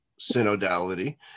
synodality